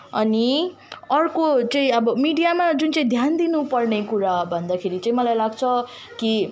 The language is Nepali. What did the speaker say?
अनि अर्को चाहिँ अब मिडियामा जुन चाहिँ ध्यान दिनुपर्ने कुरा भन्दाखेरि चाहिँ मलाई लाग्छ कि